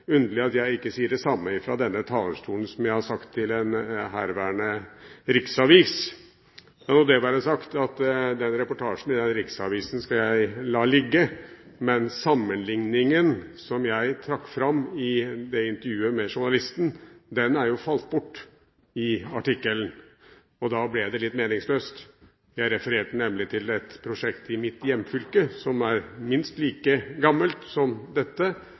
underlig at jeg ikke sier det samme fra denne talerstolen som jeg har sagt til en herværende riksavis. La det være sagt: Reportasjen i den riksavisen skal jeg la ligge, men sammenligningen jeg trakk fram i intervjuet med journalisten, er falt bort i artikkelen, og da ble det litt meningsløst. Jeg refererte nemlig til et prosjekt i mitt hjemfylke som er minst like gammelt som dette,